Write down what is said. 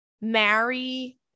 marry